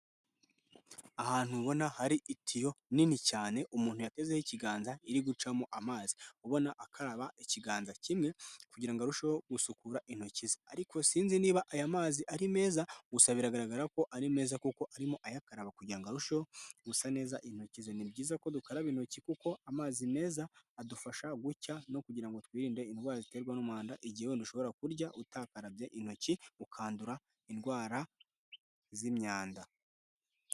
Ahantu ubona hari itiyo nini cyane umuntu yatezeho ikiganza iri gucamo amazi, ubona akaba ikiganza kimwe kugirango arusheho gusukura intoki ze, ariko sinzi niba aya mazi ari meza gusa biragaragara ko ari meza kuko arimo ayakaraba kugirango ngo arusheho gusa neza intoki ze. Ni byiza ko dukaraba intoki kuko amazi meza adufasha gucya no kugira ngo twirinde indwara ziterwa n'umwanda igihe wenda ushobora kurya utakarabye intoki ukandura indwara z'imyanda.